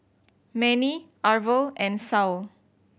Manie Arvel and Saul